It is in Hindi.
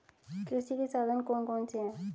कृषि के साधन कौन कौन से हैं?